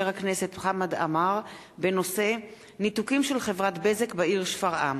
הכנסת חמד עמאר בנושא: ניתוקים של חברת "בזק" בעיר שפרעם,